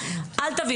אל תביא,